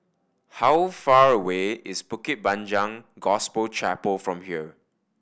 how far away is Bukit Panjang Gospel Chapel from here